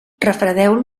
refredeu